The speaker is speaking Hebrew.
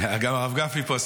גם הרב גפני פה?